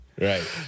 right